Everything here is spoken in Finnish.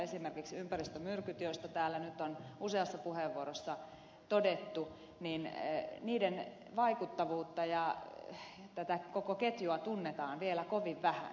esimerkiksi ympäristömyrkkyjen joista täällä nyt on useissa puheenvuoroissa todettu vaikuttavuutta ja koko ketjua tunnetaan vielä kovin vähän